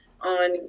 on